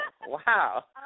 Wow